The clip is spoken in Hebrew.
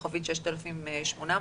6800*,